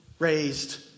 raised